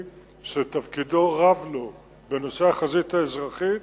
שתפקידו רב לו בנושא החזית האזרחית,